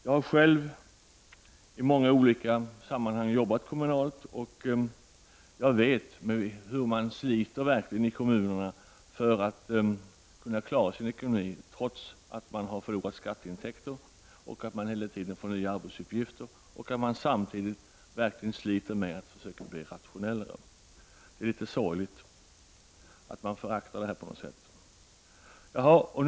Jag har själv i många olika sammanhang jobbat kommunalt, och jag vet hur man i kommunerna verkligen sliter för att klara sin ekonomi, trots att man har förlorat skatteintäkter och man hela tiden får nya arbetsuppgifter. Kommunerna sliter också med att bli mera rationella. Det är sorgligt att det finns de som på något sätt föraktar detta.